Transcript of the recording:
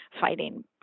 fighting